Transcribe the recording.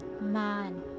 man